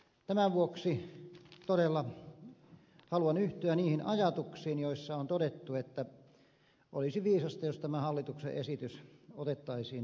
tämän vuoksi todella haluan yhtyä niihin ajatuksiin joissa on todettu että olisi viisasta jos tämä hallituksen esitys otettaisiin pois